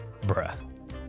Bruh